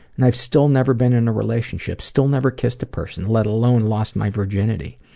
and i've still never been in a relationship, still never kissed a person, let alone lost my virginity.